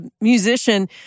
musician